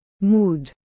Mood